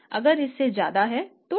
अगर इससे ज्यादा है तो ठीक है